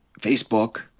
Facebook